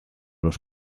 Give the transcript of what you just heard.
los